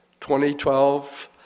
2012